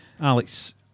Alex